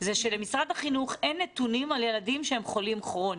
זה שלמשרד החינוך אין נתונים על ילדים שהם חולים כרוניים.